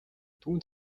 түүнд